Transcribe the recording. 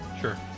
Sure